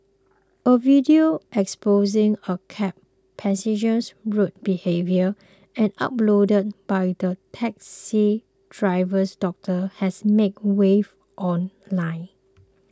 a video exposing a cab passenger's rude behaviour and uploaded by the taxi driver's daughter has made waves online